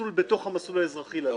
מסלול בתוך המסלול האזרחי ללכת.